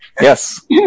Yes